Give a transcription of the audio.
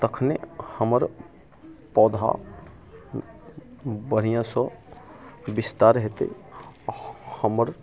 तखने हमर पौधा बढ़िआँसँ विस्तार हेतै हमर